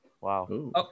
wow